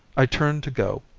i turned to go,